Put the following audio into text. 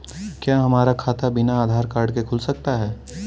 क्या हमारा खाता बिना आधार कार्ड के खुल सकता है?